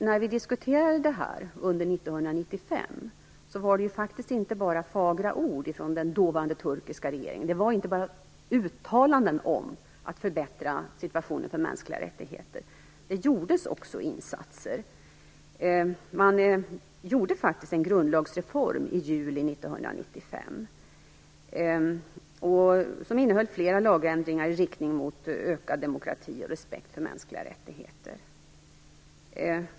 När vi diskuterade det här under 1995 var det faktiskt inte bara fagra ord från den dåvarande turkiska regeringen. Det var inte bara uttalanden om att förbättra situationen vad gäller mänskliga rättigheter. Det gjordes också insatser. Man genomförde faktiskt en grundlagsreform i juli 1995 som innehöll flera lagändringar i riktning mot ökad demokrati och respekt för mänskliga rättigheter.